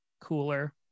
cooler